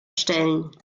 stellen